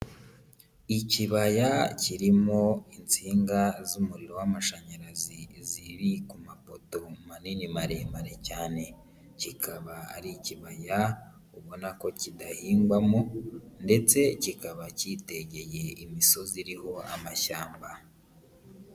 Ikibaya kirimo insinga z'umuriro w'amashanyarazi ziri ku mapoto manini maremare cyane, kikaba ari ikibaya ubona ko kidahingwamo ndetse kikaba cyitegeye imisozi iriho amashyamba.